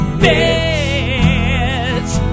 bitch